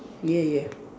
yeah yeah